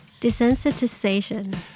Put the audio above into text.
Desensitization